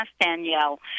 Danielle